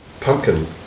pumpkin